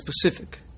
specific